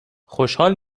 خوشحال